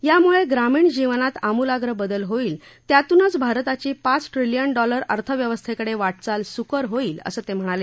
यामुळे ग्रामीण जीवनात आमुलाग्र बदल होईल त्यातूनच भारताची पाच ट्रिलियन डॉलर अर्थव्यवस्थेकडे वाटचाल सुकर होईल असं ते म्हणाले